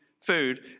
food